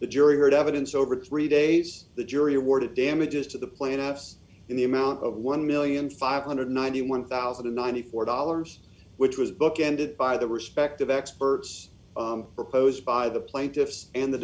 the jury heard evidence over three days the jury awarded damages to the planets in the amount of one million five hundred and ninety one thousand and ninety four dollars which was bookended by the respective experts proposed by the plaintiffs and the